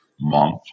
month